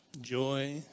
Joy